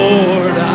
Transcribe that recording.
Lord